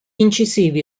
incisivi